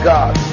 God